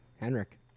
Henrik